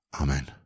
Amen